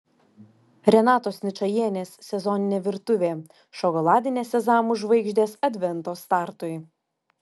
renatos ničajienės sezoninė virtuvė šokoladinės sezamų žvaigždės advento startui